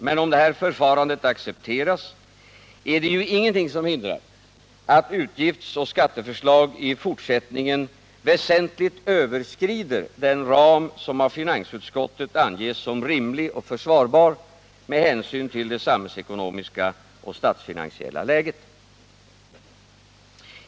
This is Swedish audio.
Men om det här förfarandet accepteras är det ju ingenting som hindrar att utgiftsoch skatteförslag i fortsättningen väsentligt överskrider den ram som av finansutskottet angetts som rimlig och försvarbar med hänsyn till det samhällsekonomiska och statsfinansiella läget.